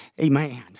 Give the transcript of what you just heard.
Amen